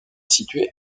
situé